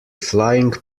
flying